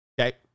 okay